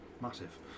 massive